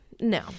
No